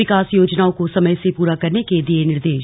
विकास योजनाओं को समय से पूरा करने के दिए निर्देश